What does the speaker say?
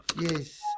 yes